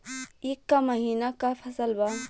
ई क महिना क फसल बा?